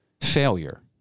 failure